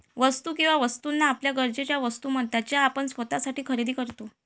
वस्तू किंवा वस्तूंना आपल्या गरजेच्या वस्तू म्हणतात ज्या आपण स्वतःसाठी खरेदी करतो